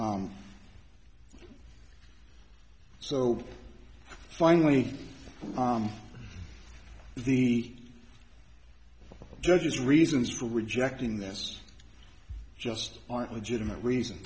so finally on the judge's reasons for rejecting this just aren't legitimate reason